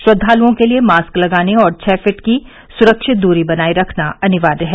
श्रद्वालुओं के लिए मास्क लगाने और छह फीट की सुरक्षित दूरी बनाए रखना अनिवार्य है